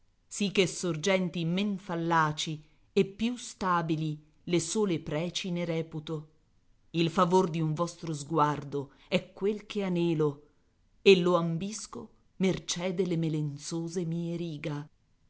sì che sorgenti men fallaci e più stabili le sole preci ne reputo il favor di un vostro sguardo è quel che anelo e lo ambisco mercé delle melenzose mie riga